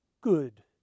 good